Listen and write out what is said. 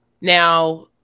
Now